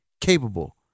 capable